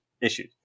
issues